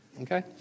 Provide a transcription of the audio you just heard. okay